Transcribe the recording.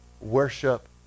worship